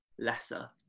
Lesser